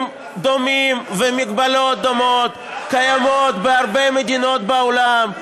דברים דומים ומגבלות דומות קיימים בהרבה מדינות בעולם.